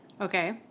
Okay